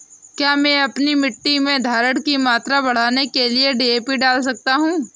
क्या मैं अपनी मिट्टी में धारण की मात्रा बढ़ाने के लिए डी.ए.पी डाल सकता हूँ?